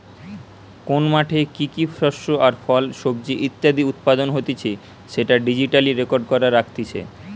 কোন মাঠে কি কি শস্য আর ফল, সবজি ইত্যাদি উৎপাদন হতিছে সেটা ডিজিটালি রেকর্ড করে রাখতিছে